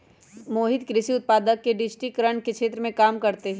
मोहित कृषि उत्पादक के डिजिटिकरण के क्षेत्र में काम करते हई